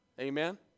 Amen